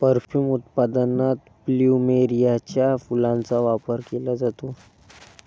perfume उत्पादनात प्लुमेरियाच्या फुलांचा वापर केला जातो